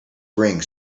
bring